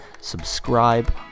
subscribe